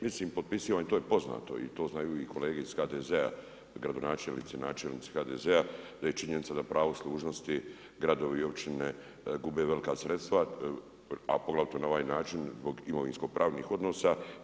Mislim potpisujem i to je poznato i to znaju i kolege iz HDZ-a, gradonačelnici, načelnici HDZ-a, da je činjenica da u pravu služnosti, gradovi i općine gube velika sredstva, a poglavito na ovaj način, zbog imovinskih pravnih odnosa.